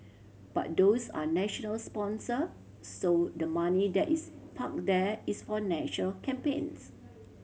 but those are national sponsor so the money that is parked there is for natural campaigns